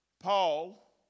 Paul